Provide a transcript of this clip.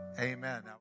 Amen